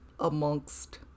amongst